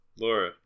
Laura